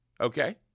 Okay